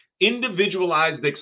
individualized